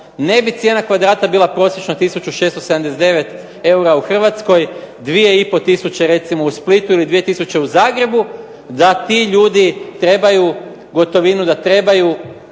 Ne bi cijena kvadrata bila prosječno 1679 eura u Hrvatskoj, 2 i pol tisuće recimo u Splitu ili 2000 u Zagrebu da ti ljudi trebaju gotovinu, da trebaju